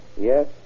Yes